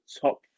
top